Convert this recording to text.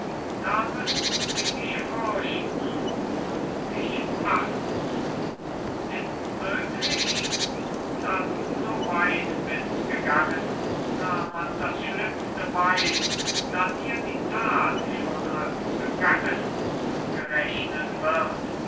da müßten sie dich fürchten und dich achten ists möglich da du so weit bist gegangen da man das schlimmste weiß da dir die tat schon als begangen zugerechnet wird